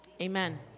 amen